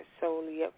solely